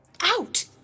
Out